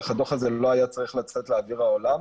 הדוח הזה לא היה צריך לצאת לאוויר העולם.